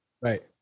right